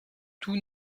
tout